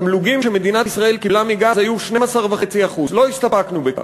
התמלוגים שמדינת ישראל קיבלה מגז היו 12.5%. לא הסתפקנו בכך.